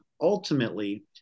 Ultimately